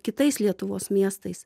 kitais lietuvos miestais